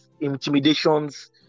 intimidations